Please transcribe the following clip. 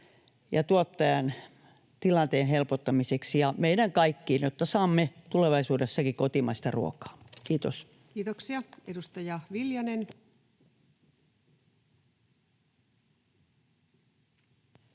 ja tuottajan tilanteen helpottamiseksi ja meidän kaikkien, jotta saamme tulevaisuudessakin kotimaista ruokaa. — Kiitos. [Speech